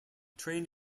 trained